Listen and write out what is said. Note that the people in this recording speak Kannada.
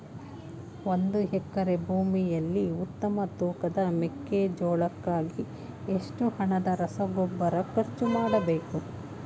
ಒಂದು ಎಕರೆ ಭೂಮಿಯಲ್ಲಿ ಉತ್ತಮ ತೂಕದ ಮೆಕ್ಕೆಜೋಳಕ್ಕಾಗಿ ಎಷ್ಟು ಹಣದ ರಸಗೊಬ್ಬರ ಖರ್ಚು ಮಾಡಬೇಕು?